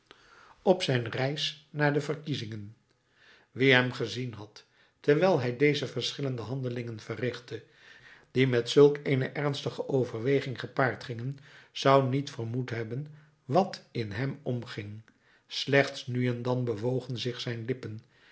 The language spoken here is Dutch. op zijn reis naar de verkiezingen wie hem gezien had terwijl hij deze verschillende handelingen verrichtte die met zulk eene ernstige overweging gepaard gingen zou niet vermoed hebben wat in hem omging slechts nu en dan bewogen zich zijn lippen